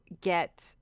get